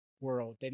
world